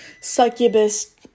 succubus